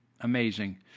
amazing